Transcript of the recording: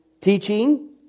teaching